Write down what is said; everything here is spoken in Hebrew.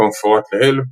כמפורט לעיל,